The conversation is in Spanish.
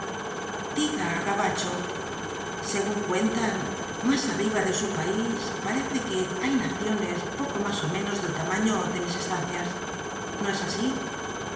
diga gabacho según cuentan más arriba de su país parece que hay naciones poco más ó menos del tamaño de mis estancias no es así